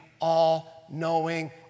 all-knowing